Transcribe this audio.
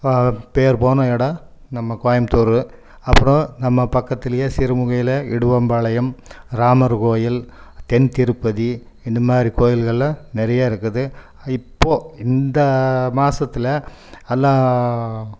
பேர் போன இடம் நம்ம கோயம்புத்தூரு அப்புறம் நம்ம பக்கத்திலையே சிறுமுகையில் இடுவம்பாளையம் ராமர் கோயில் தென் திருப்பதி இந்த மாதிரி கோயில்களெலாம் நிறையா இருக்குது இப்போது இந்த மாசத்தில் எல்லா